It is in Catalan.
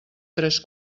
tres